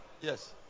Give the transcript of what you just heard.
Yes